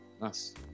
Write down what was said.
Nice